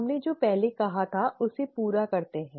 हमने जो पहले कहा था उसे पूरा करते हैं